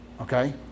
Okay